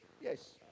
Yes